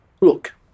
Look